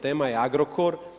Tema je Agrokor.